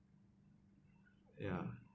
ya